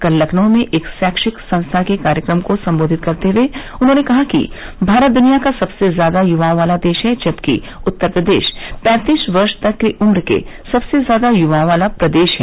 कल लखनऊ में एक शैक्षिक संस्था के कार्यक्रम को सम्बोधित करते हुये उन्होंने कहा कि भारत दुनिया का सबसे ज्यादा युवओं वाला देश है जबकि उत्तर प्रदेश पैंतीस वर्ष तक की उम्र के सबसे ज्यादा युवाओं वाला प्रदेश है